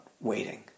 waiting